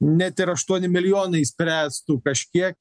net ir aštuoni milijonai išspręstų kažkiek